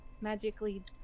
magically